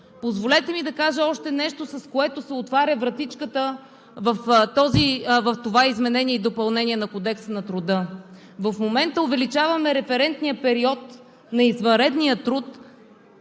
Позволете ми да кажа още нещо, с което се отваря вратичката в това изменение и допълнение на Кодекса на труда. В момента увеличаваме референтния период на извънредния труд